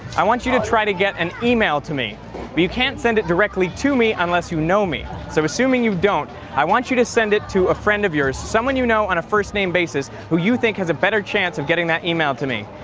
i want you you to try to get an email to me. but you can't send it directly to me unless you know me. so assuming you don't, i want you to send it to a friend of yours, someone you know on a first name basis who you think has a better chance of getting that email to me.